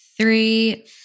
three